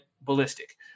ballistic